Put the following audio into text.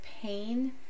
pain